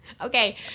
Okay